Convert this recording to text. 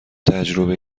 تجربه